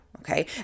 okay